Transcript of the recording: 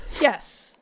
Yes